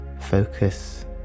focus